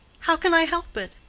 how can i help it?